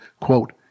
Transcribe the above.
quote